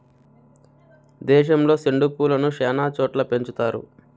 దేశంలో సెండు పూలను శ్యానా చోట్ల పెంచుతారు